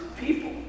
people